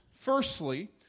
firstly